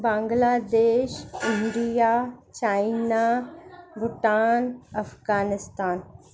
Bangladesh India China Bhutan Afghanistan